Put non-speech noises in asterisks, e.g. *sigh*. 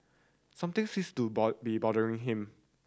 something sees to *unintelligible* be bothering him